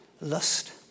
Lust